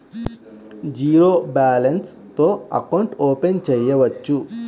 Zero balance తో account open చేయవచ్చు?